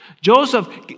Joseph